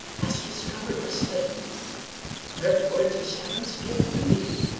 hast discovered this thing wherefore it is heaven's gift to thee,